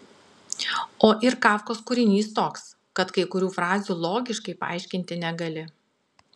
o ir kafkos kūrinys toks kad kai kurių frazių logiškai paaiškinti negali